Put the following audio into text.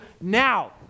now